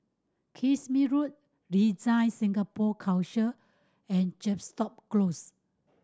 Kismis Road DesignSingapore Council and Chepstow Close